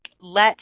let